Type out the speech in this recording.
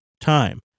time